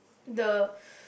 the